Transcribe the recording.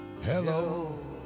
Hello